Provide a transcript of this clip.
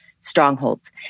strongholds